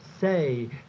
say